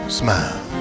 smile